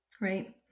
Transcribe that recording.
Right